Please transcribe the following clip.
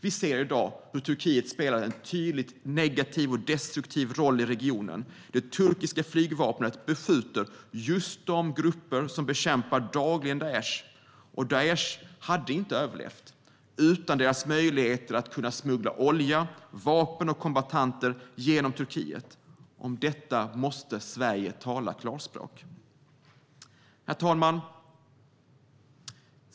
Vi ser i dag hur Turkiet spelar en tydligt negativ och destruktiv roll i regionen. Det turkiska flygvapnet beskjuter just de grupper som dagligen bekämpar Daish. Och Daish hade inte överlevt utan möjligheterna att smuggla olja, vapen och kombattanter genom Turkiet. Om detta måste Sverige tala klarspråk. Herr talman!